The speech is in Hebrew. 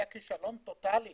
היה כישלון טוטאלי